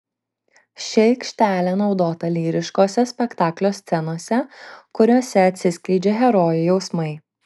ši aikštelė naudota lyriškose spektaklio scenose kuriose atsiskleidžia herojų jausmai